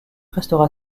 restera